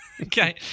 Okay